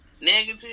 Negative